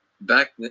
back